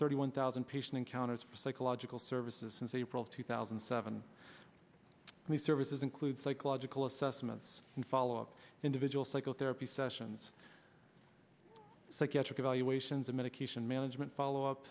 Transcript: thirty one thousand patient encounters for psychological services since april two thousand and seven and the services include psychological assessments and follow up individual psychotherapy sessions psychiatric evaluations of medication management follow up